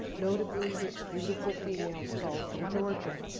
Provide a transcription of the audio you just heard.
notably his beautiful female skull from georgia,